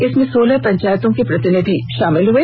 इसमें सोलह पंचायतों के प्रतिनिधि शामिल हुए